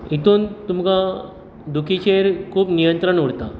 हेतून तुमकां दुखीचेर खूब नियंत्रण उरता